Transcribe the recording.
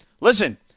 listen